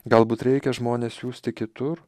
galbūt reikia žmones siųsti kitur